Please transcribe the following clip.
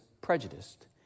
prejudiced